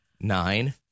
nine